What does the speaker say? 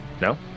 No